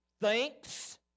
thinks